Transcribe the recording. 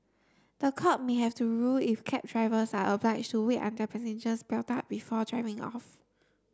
the court may have to rule if cab drivers are oblige to wait until passengers belt up before driving off